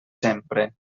sempre